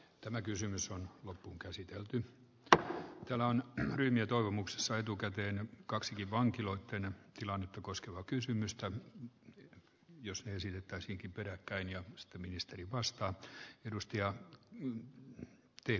tämä kysymys on loppuunkäsitelty ja tämä on rinne toivomuksessa etukäteen kaksi vankiloitten tilannetta koskevaa kysymystä hyvä jos me esiinnyttäisiinkin peräkkäin ja mistä ministeri vastaa edustaja li tie